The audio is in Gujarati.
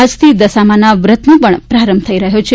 આજથી દશામાના વ્રત નો પણ પ્રારંભ થઈ રહયો છે